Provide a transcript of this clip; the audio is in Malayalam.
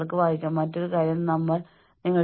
നിങ്ങൾക്ക് ഒരു കൂട്ടം കാര്യങ്ങൾ ഇവിടെ ഉൾപ്പെടുത്താം